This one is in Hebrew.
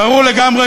גברתי